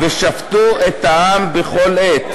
ושפטו את העם בכל עת".